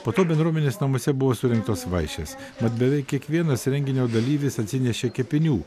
po to bendruomenės namuose buvo surengtos vaišės mat beveik kiekvienas renginio dalyvis atsinešė kepinių